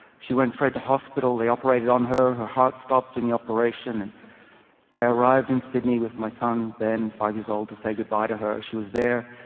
she went straight to hospital. they operated on her. her heart stopped in the operation. and i arrived in sydney with my son ben, five years old, to say goodbye to her. she was there,